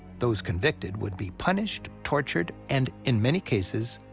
those convicted would be punished, tortured, and, in many cases,